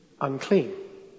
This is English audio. unclean